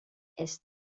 est